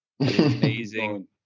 amazing